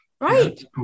Right